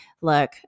Look